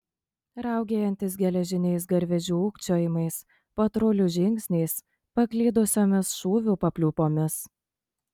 raugėjantis geležiniais garvežių ūkčiojimais patrulių žingsniais paklydusiomis šūvių papliūpomis